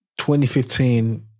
2015